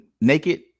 naked